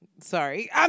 Sorry